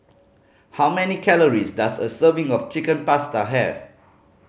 how many calories does a serving of Chicken Pasta have